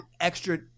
extra